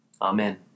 Amen